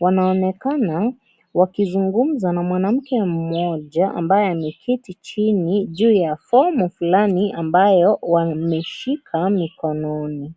wanaonekana wakizungumza na mwanamke mmoja ambaye ameketi chini juu ya fomu fulani ambayo wameshika mikononi